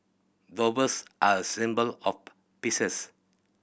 doves are symbol of peaces